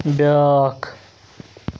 بیٛاکھ